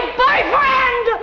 boyfriend